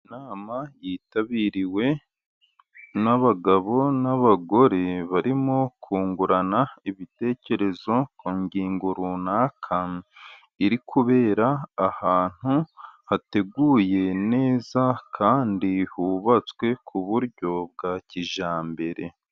Inama yitabiriwe n'abagabo n'abagore barimo kungurana ibitekerezo ku ngingo runaka, iri kubera ahantu hateguye neza kandi hubatswe ku buryo bwa kijyambere.